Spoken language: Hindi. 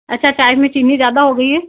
अच्छा चाय में चीनी ज़्यादा हो गई है